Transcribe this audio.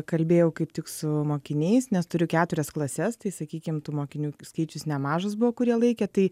kalbėjau kaip tik su mokiniais nes turiu keturias klases tai sakykim tų mokinių skaičius nemažas buvo kurie laikė tai